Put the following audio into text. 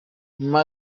nyuma